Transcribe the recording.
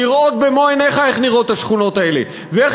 לראות במו-עיניך איך נראות השכונות האלה ואיך